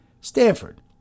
Stanford